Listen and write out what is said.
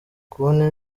kubona